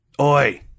Oi